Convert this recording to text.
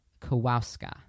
Kowalska